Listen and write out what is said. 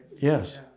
Yes